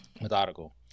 methodical